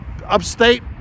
Upstate